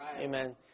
Amen